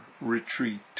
retreat